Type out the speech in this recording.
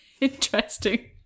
Interesting